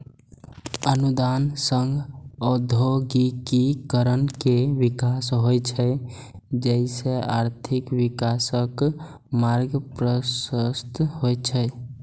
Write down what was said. अनुदान सं औद्योगिकीकरण के विकास होइ छै, जइसे आर्थिक विकासक मार्ग प्रशस्त होइ छै